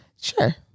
Sure